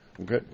Okay